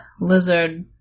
lizard